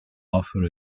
offer